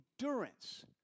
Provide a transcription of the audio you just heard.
endurance